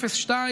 שוב, מה המספר?